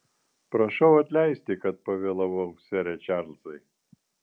prašau atleisti kad pavėlavau sere čarlzai